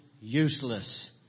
useless